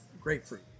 grapefruit